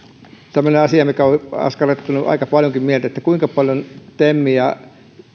tämmöinen asia mikä on on askarruttanut aika paljonkin mieltä kuinka paljon tem ja